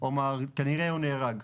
הוא אמר לי "כנראה הוא נהרג",